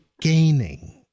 gaining